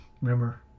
Remember